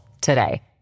today